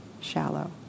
shallow